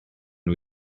nhw